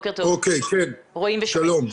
בוקר טוב, רואים ושומעים.